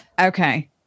Okay